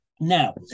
now